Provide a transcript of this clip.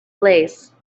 lace